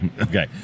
okay